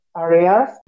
areas